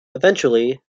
eventually